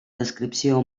descripció